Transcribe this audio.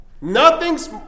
Nothing's